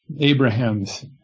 Abraham's